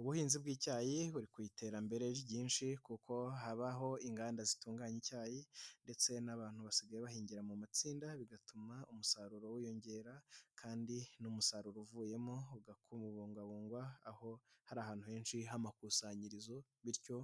Ubuhinzi bw'icyayi buri ku iterambere ryinshi kuko habaho inganda zitunganya icyayi ndetse n'abantu basigaye bahingira mu matsinda bigatuma umusaruro wiyongera kandi n'umusaruro uvuyemo ukabungwabungwa aho hari ahantu henshi hari amakusanyirizo bityo